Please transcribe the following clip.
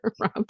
Rob